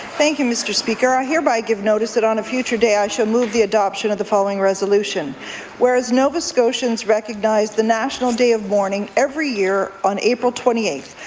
and mr. speaker, i hereby give notice that on a future day i shall move the adoption of the following resolution whereas nova scotians recognize the national day of mourning every year on april twenty eighth,